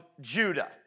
Judah